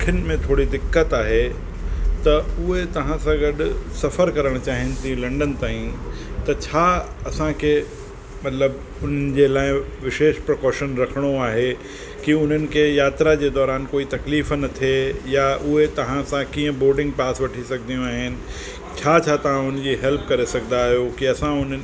अखियुनि में थोरी दिक़त आहे त उहे तव्हां सां गॾु सफ़र करणु चाहिनि थियूं लंडन ताईं त छा असांखे मतिलबु उन्हनि जे लाइ विशेष प्रिकॉशन रखिणो आहे की उन्हनि खे यात्रा इहो दौरान कोई तकलीफ़ न थिए यां उए तहां सां कीअं बोर्डिंग पास वठी सघंदियूं आहिनि छा छा तव्हां उन जी हेल्प करे सघंदा आहियो की असां उन्हनि